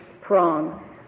prong